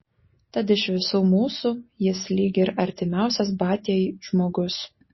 tad iš visų mūsų jis lyg ir artimiausias batiai žmogus